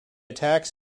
tax